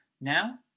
now